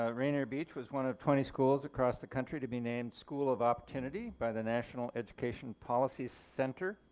ah rainier beach was one of twenty schools across the country to be named school of opportunity by the national education policy center.